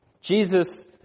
Jesus